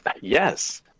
Yes